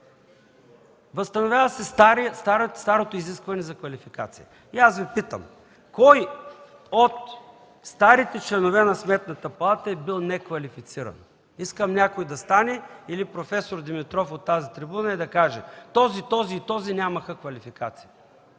Възстановява се старото изискване за квалификация. Питам Ви: кой от старите членове на Сметната палата е бил неквалифициран? Искам някой или професор Димитров да стане от тази трибуна и да каже – този, този и този нямаха квалификация.